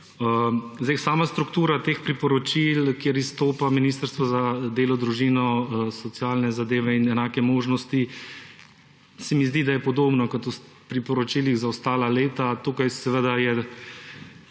Sama struktura teh priporočil, kjer izstopa Ministrstvo za delo, družino, socialne zadeve in enake možnosti, se mi zdi, da je podobno kot v priporočilih za ostala leta. Tukaj seveda je